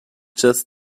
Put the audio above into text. just